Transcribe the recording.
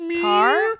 car